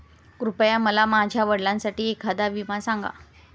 कृपया मला माझ्या वडिलांसाठी एखादा विमा सांगा